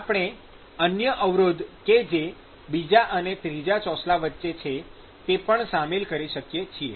આપણે અન્ય અવરોધ કે જે બીજા અને ત્રીજા ચોસલા વચ્ચે છે તે પણ શામેલ કરી શકીએ છીએ